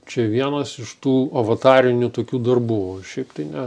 čia vienas iš tų avatarinių tokių darbų šiaip tai ne